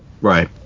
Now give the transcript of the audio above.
Right